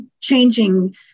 changing